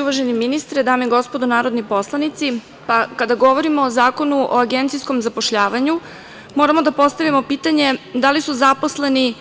Uvaženi ministre, dame i gospodo narodni poslanici, kada govorimo o Zakonu o agencijskom zapošljavanju moramo da postavimo pitanje da li su zaposleni